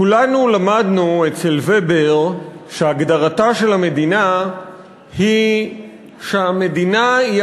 כולנו למדנו אצל ובר שהגדרתה של המדינה היא שהמדינה היא